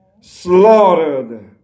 slaughtered